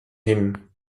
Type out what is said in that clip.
hin